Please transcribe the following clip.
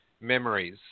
memories